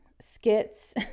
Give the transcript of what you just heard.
skits